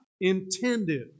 intended